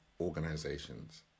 organizations